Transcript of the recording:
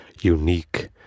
unique